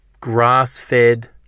grass-fed